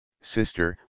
sister